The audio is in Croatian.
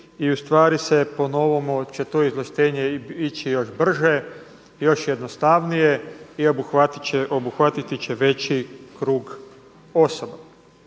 i u stvari se po novome će to izvlaštenje ići još brže, još jednostavnije i obuhvatit će veći krug osoba.